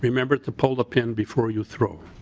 remember to pull the pin before you throw.